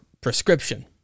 prescription